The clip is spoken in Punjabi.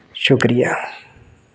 ਸ਼ੁਕਰੀਆ